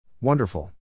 Wonderful